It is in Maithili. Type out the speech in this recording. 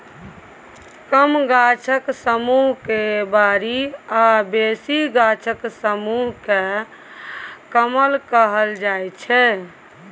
कम गाछक समुह केँ बारी आ बेसी गाछक समुह केँ कलम कहल जाइ छै